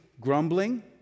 grumbling